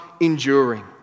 enduring